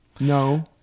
No